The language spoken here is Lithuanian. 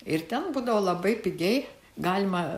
ir ten būdavo labai pigiai galima